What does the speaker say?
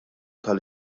tal